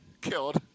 Killed